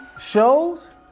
shows